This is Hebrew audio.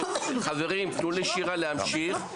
חברים תנו לשירה להמשיך.